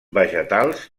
vegetals